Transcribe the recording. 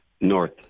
North